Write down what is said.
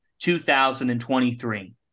2023